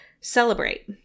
celebrate